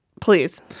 Please